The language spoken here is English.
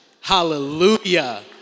Hallelujah